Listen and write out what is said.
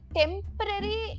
temporary